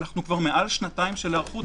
אנחנו מעל שנתיים של היערכות.